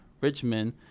Richmond